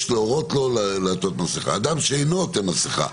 יש להורות לו לעטות מסכה ---; אדם שאינו עוטה מסכה,